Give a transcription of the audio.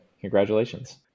Congratulations